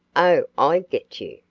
oh, i get you,